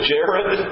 Jared